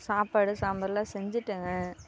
சாப்பாடு சாம்பார்லாம் செஞ்சுட்டேங்க